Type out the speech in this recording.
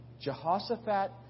Jehoshaphat